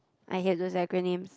I hate those acronyms